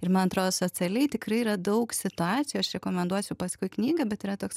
ir man atrodo socialiai tikrai yra daug situacijų aš rekomenduosiu paskui knygą bet yra toks